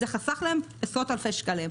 זה חסך להם עשרות אלפי שקלים.